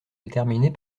déterminées